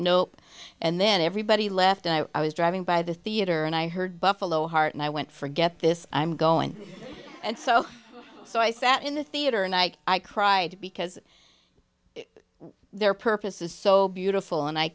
nope and then everybody left and i was driving by the theater and i heard buffalo hart and i went for get this i'm going and so so i sat in the theater and i i cried because their purpose is so beautiful and i